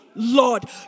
Lord